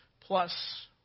plus